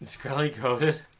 shkreli coded?